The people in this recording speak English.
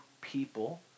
people